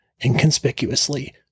inconspicuously